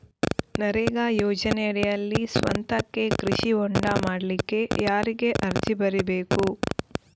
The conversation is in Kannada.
ನರೇಗಾ ಯೋಜನೆಯಡಿಯಲ್ಲಿ ಸ್ವಂತಕ್ಕೆ ಕೃಷಿ ಹೊಂಡ ಮಾಡ್ಲಿಕ್ಕೆ ಯಾರಿಗೆ ಅರ್ಜಿ ಬರಿಬೇಕು?